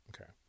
Okay